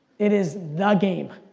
it is the game.